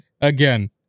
again